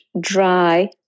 dry